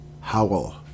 Howell